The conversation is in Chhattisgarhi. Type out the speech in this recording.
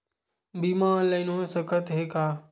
बीमा ऑनलाइन हो सकत हे का?